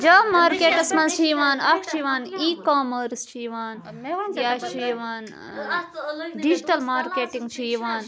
job markets منٛز چھِ یِوان اَکھ چھِ یِوان ای کامٲرٕس چھِ یِوان یا چھِ یِوان ٲں ڈِجِٹَل مارکیٚٹِنٛگ چھِ یِوان